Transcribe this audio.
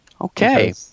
Okay